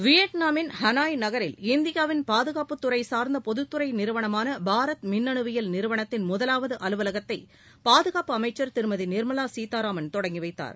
வியட்நாமின் Hanoi நகரில் இந்தியாவின் பாதுகாப்புத்துறை சார்ந்த பொதுத்துறை நிறுவனமான பாரத் மின்னுவியல் நிறுவனத்தின் முதலாவது அலுவலகத்தை பாதுகாப்பு அமைச்சர் திருமதி நிர்மலா சீதாராமன் தொடங்கி வைத்தார்